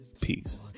Peace